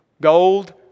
Gold